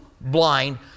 blind